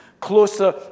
closer